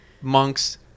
monks